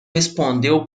respondeu